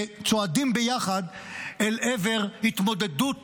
וצועדים ביחד אל עבר התמודדות